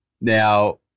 Now